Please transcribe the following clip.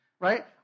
right